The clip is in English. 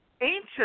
ancient